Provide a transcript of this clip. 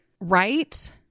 Right